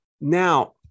Now